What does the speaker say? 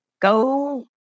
Go